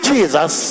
Jesus